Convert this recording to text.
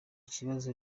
kibazo